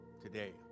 today